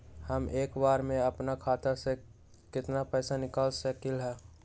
हम एक बार में अपना खाता से केतना पैसा निकाल सकली ह?